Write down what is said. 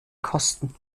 kosten